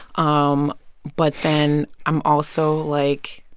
um but then i'm also like,